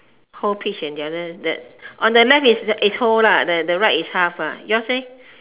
whole peach the on the left is whole lah the right is half lah yours leh